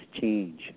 change